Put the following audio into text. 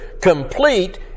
complete